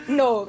no